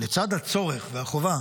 לצד הצורך והחובה